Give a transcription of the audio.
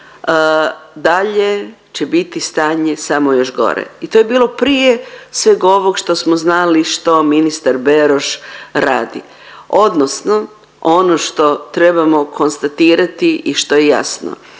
dalje će biti stanje samo još gore. I to je bilo prije sveg ovog što smo znali što ministar Beroš radi odnosno ono što trebamo konstatirati i što je jasno.